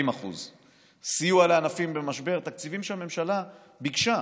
40%; סיוע לענפים במשבר, תקציבים שהממשלה ביקשה,